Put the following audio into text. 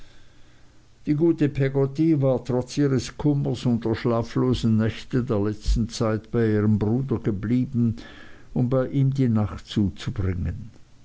die gute peggotty war trotz ihres kummers und der schlaflosen nächte der letzten zeit bei ihrem bruder geblieben um bei ihm die nacht zuzubringen